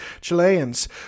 Chileans